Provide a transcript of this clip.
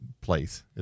place